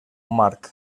marc